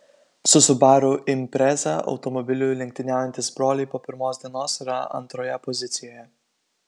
su subaru impreza automobiliu lenktyniaujantys broliai po pirmos dienos yra antroje pozicijoje